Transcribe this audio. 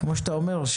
כמו שאתה אומר,